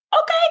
okay